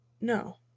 no